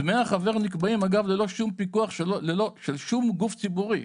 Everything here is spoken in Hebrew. דמי החבר נקבעים ללא שום פיקוח של שום גוף ציבורי.